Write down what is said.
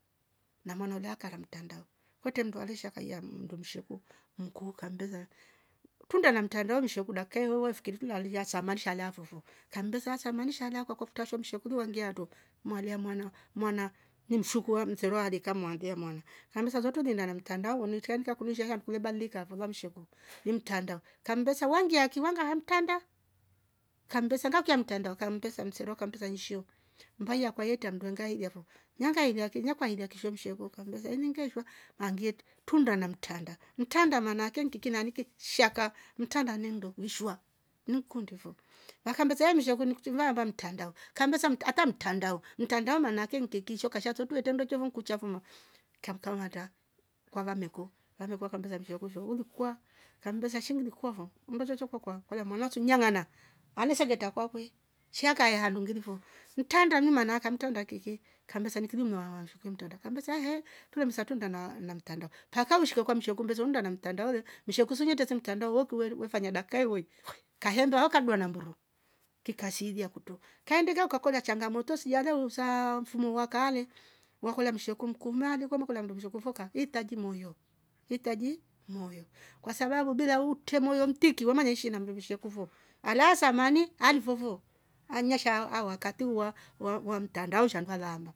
Na mwana ulia karm mtandao kwete mndu alishaka iaa mm- mndu msheko mkuu kamndeza tunda na mtandao msheku daka ivoivo fikiritu naanzia saa samani shala foo kambe sa asamoni sha lako kwakofta shem sheku wongiato malia mwana mwana mshukurwa mterwa adeka mwambia mwana handu saa zotwe gila na mtandao unitianda kulishaiya mkule badilika voo lamsheko nimtanda kambesa wangia kiwanga hamtanda kambesa ngakia mtandao ngambesa mserwa ngambesa nshio mbaia kwayeta mndongai iliafo nangailia kinywa kwa ilia kishomshongoka ndoze mngeeshwa angiete tunda na mtanda. mtanda maaana ake ntiti na niti shaka mtanda nimdo mshwa nimkundifo wakambezeeshe nshe vunkutiva vava mtandao kambe sa mta ata mtandao mtandao maane ake mtekicho kasha turke mletendwe chovo nkuchavom kiakawaanda kwava mmekuo wamekuo ka ongeza njokunjou ulikwa kambeza shilingi dikuavo mbeze zokokwa kwalam mola tunyangana ale sengeta kwakwei chiakaya handu ngilifu mtandanu maana ake amtanda kifi kama samiti mmwaza ndo mtanda kamba sahe tuemsa tunga na na mtandao paka mshkoko mshoko mbezeundwa na mtandaole mshokozunye ndese mtandao wokuere wefanya daka ivoi. kahendaa ahh kadua na mburu kikasilia kuto kaendegeu kakola changamoto sijalowewu saaa mfumo wakale wakolia mshekumkum male wemakola mndumzokovoka niitaji moyo iitaji moyo kwasababu bila huurte moyo ntiki womanya iishi na mvuvoshekuvo alasamani alivovo anya shaa awakati wa- wa- wamtandau shandalanda.